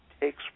takes